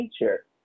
nature